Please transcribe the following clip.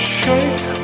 shake